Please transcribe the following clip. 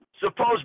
Suppose